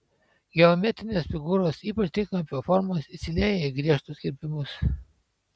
geometrinės figūros ypač trikampio formos įsilieja į griežtus kirpimus